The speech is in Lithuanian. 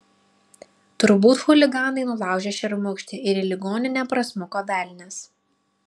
turbūt chuliganai nulaužė šermukšnį ir į ligoninę prasmuko velnias